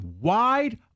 wide